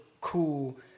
cool